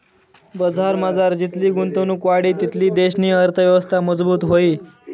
बजारमझार जितली गुंतवणुक वाढी तितली देशनी अर्थयवस्था मजबूत व्हयी